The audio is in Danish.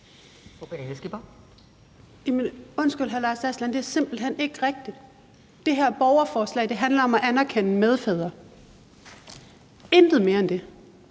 Undskyld, hr. Lars Aslan Rasmussen, men det er simpelt hen ikke rigtigt. Det her borgerforslag handler om at anerkende medfædre, intet andet end det.